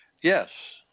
Yes